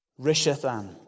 Rishathan